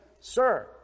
Sir